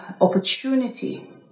opportunity